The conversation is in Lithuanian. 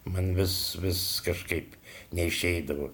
man vis vis kažkaip neišeidavo